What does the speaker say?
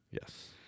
Yes